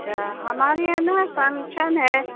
اچھا ہمارے یہاں نا فنکشن ہے